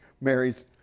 mary's